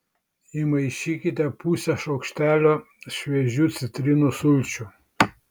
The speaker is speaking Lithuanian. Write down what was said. įmaišykite pusę šaukštelio šviežių citrinų sulčių